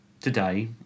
today